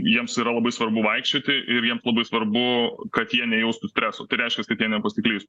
jiems yra labai svarbu vaikščioti ir jiems labai svarbu kad jie nejaustų streso tai reiškias kad jie nepasiklystų